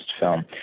film